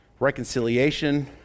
reconciliation